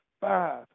Five